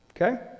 Okay